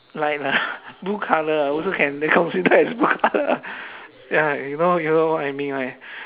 like uh blue colour also can be considered as blue colour ya you know you know what I mean right